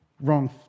wrong